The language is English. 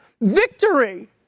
victory